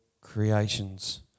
creations